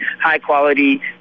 high-quality